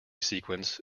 sequence